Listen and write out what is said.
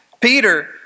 Peter